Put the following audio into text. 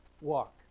walk